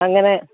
അങ്ങനെ